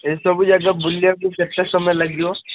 ଏ ସବୁ ଜାଗା ବୁଲିବାକୁ କେତେ ସମୟ ଲାଗିବ